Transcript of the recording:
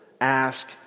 ask